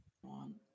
One